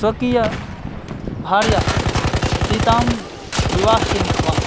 स्वकीयां भार्यां सीतां विवाह्य नीतवान्